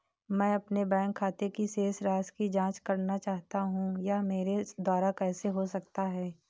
मैं अपने बैंक खाते की शेष राशि की जाँच करना चाहता हूँ यह मेरे द्वारा कैसे हो सकता है?